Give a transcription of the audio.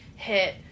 hit